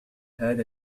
هذا